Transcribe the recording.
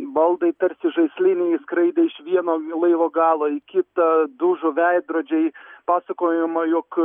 baldai tarsi žaisliniai skraidė iš vieno laivo galo į kitą dužo veidrodžiai pasakojama jog